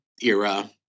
era